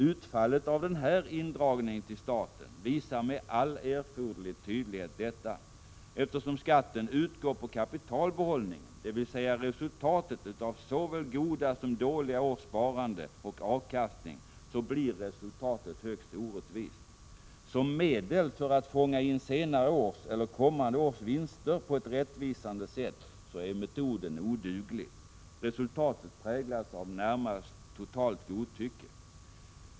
Utfallet av den här indragningen till staten visar med all erforderlig tydlighet detta. Eftersom skatten utgår på kapitalbehållningen, dvs. resultatet av såväl goda som dåliga års sparande och avkastning, blir resultatet högst orättvist. Som medel för att fånga in senare års eller kommande års vinster på ett rättvisande sätt är metoden oduglig. Resultatet präglas av närmast totalt godtycke.